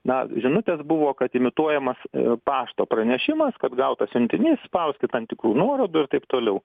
na žinutės buvo kad imituojamas pašto pranešimas kad gautas siuntinys spauskit tam tikrų nuorodų ir taip toliau